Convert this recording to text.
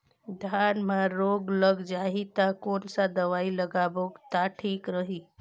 धान म रोग लग जाही ता कोन सा दवाई लगाबो ता ठीक रही?